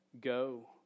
Go